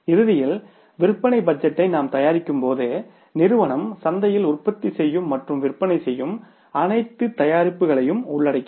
இறுதியில் விற்பனை பட்ஜெட்டை நாம் தயாரிக்கும் போது நிறுவனம் சந்தையில் உற்பத்தி செய்யும் மற்றும் விற்பனை செய்யும் அனைத்து தயாரிப்புகளையும் உள்ளடக்கியது